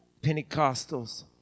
Pentecostals